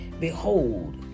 Behold